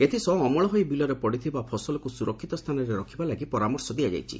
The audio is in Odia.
ଏଥିସହ ଅମଳ ହୋଇ ବିଲରେ ପଡ଼ିଥିବା ଫସଲକୁ ସ୍ବରକିତ ସ୍ତାନରେ ରଖିବା ଲାଗି ପରାମର୍ଶ ଦିଆଯାଇଛି